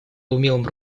умелым